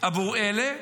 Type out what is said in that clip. עבור אלה,